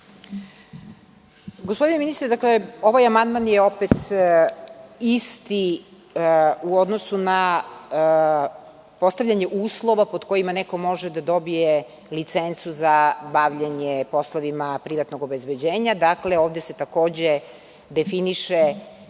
Gospodine ministre, ovaj amandman je isti u odnosu na postavljanje uslova pod kojima neko može da dobije licencu za bavljenje poslovima privatnog obezbeđenja. Ovde se, takođe, definiše,